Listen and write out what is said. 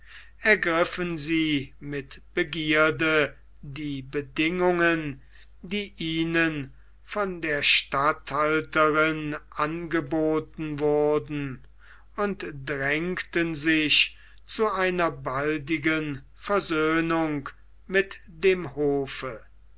ergriffen sie mit begierde die bedingungen die ihnen von der statthalterin angeboten wurden und drängten sich zu einer baldigen versöhnung mit dem hofe